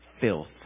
filth